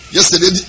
Yesterday